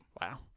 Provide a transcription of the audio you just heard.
Wow